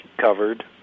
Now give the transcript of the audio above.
covered